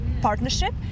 partnership